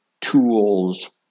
tools